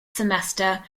semester